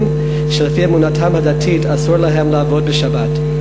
שלפי אמונתם הדתית אסור להם לעבוד בשבת.